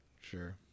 Sure